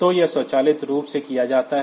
तो यह स्वचालित रूप से किया जाता है